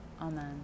Amen